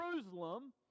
Jerusalem